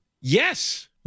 Yes